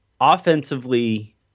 offensively